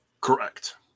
Correct